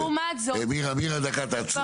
לעומת זאת --- מירה, מירה, דקה, תעצרי.